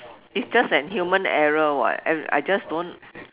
it's just an human error [what] I I just don't